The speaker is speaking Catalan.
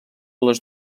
les